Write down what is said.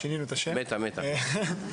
שלום רב, מטא